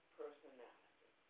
personality